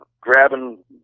grabbing